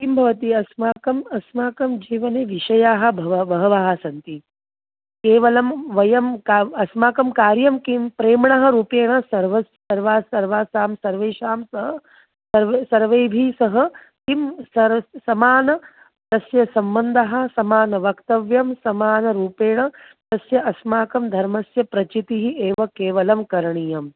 किं भवति अस्माकम् अस्माकं जीवने विषयाः भव बहवः सन्ति केवलं वयं का अस्माकं कार्यं किं प्रमरूपेण सर्वस्य सर्वास्य सर्वासां सर्वेषां सर्वे सर्वैः सह किं सरस् समानः तस्य सम्बन्धः समानं वक्तव्यं समानरूपेण तस्य अस्माकं धर्मस्य प्रचितिः एव केवलं करणीयं